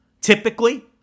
typically